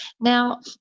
Now